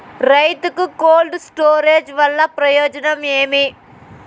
రైతుకు cold storage వల్ల ప్రయోజనం ఏమి?